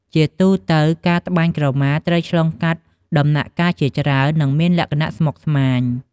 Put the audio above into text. ជាទូទៅការតម្បាញក្រមាត្រូវឆ្លងកាត់ដំណាក់កាលជាច្រើន និងមានលក្ចណៈស្មុកស្មាញ។